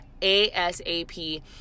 ASAP